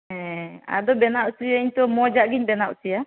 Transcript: ᱦᱮᱸ ᱟᱫᱚ ᱵᱮᱱᱟᱣ ᱚᱪᱚᱣᱟᱹᱧ ᱛᱚ ᱢᱚᱡᱟᱜ ᱜᱮᱧ ᱵᱮᱱᱟᱣ ᱚᱪᱚᱭᱟ